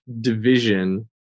division